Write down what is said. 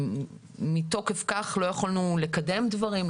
ומתוקף כך לא יכולנו לקדם דברים,